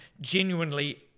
genuinely